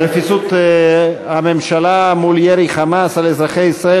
רפיסות הממשלה מול ירי ה"חמאס" על אזרחי ישראל